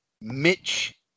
Mitch